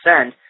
send